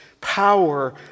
power